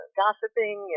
gossiping